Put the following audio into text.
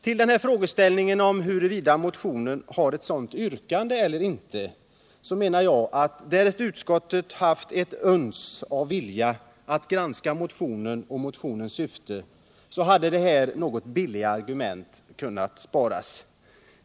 Vad angår frågan huruvida motionen har ett sådant yrkande eller inte vill jag säga, att därest utskottet hade haft ett uns av vilja att granska motionen och dess syfte, så hade detta något billiga argument kunnat sparas.